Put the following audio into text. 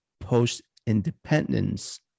post-independence